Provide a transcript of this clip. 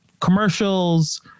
Commercials